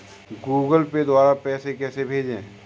Google Pay द्वारा पैसे कैसे भेजें?